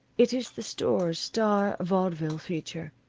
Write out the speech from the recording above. it is the store's star vaudeville feature.